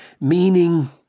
meaning